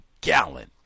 gallon